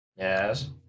Yes